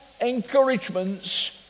encouragements